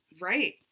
Right